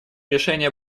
решения